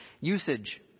usage